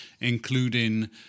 including